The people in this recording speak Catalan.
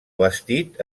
vestit